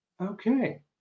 okay